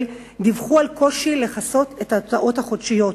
דיווחו על קושי לכסות את ההוצאות החודשיות,